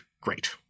Great